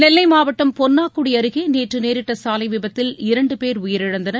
நெல்லை மாவட்டம் பொன்னாக்குடி அருகே நேற்று நேரிட்ட சாலை விபத்தில் இரண்டு பேர் உயிரிழந்தனர்